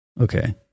okay